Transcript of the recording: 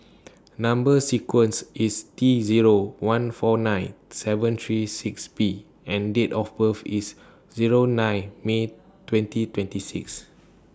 Number sequence IS T Zero one four nine seven three six B and Date of birth IS Zero nine May twenty twenty six